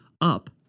up